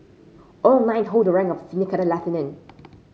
all nine hold the rank of senior cadet lieutenant